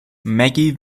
maggie